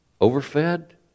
overfed